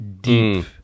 deep